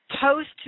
post